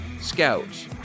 scouts